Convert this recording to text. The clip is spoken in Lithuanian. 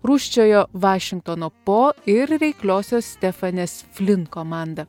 rūsčiojo vašingtono po ir reikliosios stefanės flin komanda